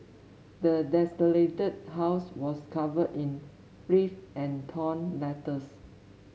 the desolated house was covered in filth and torn letters